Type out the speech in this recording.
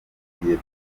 twagiye